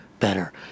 better